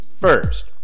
First